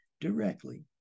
directly